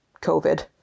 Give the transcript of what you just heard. COVID